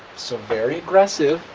so very aggressive,